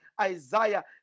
isaiah